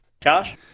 Josh